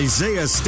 Isaiah